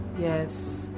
Yes